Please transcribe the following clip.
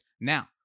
Now